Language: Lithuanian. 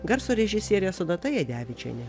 garso režisierė sonata jadevičienė